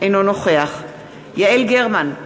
אינו נוכח יעל גרמן,